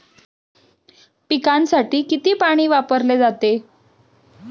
पिकांसाठी किती पाणी वापरले जाते?